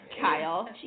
Kyle